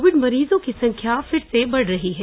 Covid मरीजों की संख्या फिर से बढ़ रही है